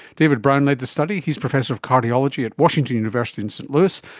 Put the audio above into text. david brown led the study he's professor of cardiology at washington university in st louis.